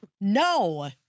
No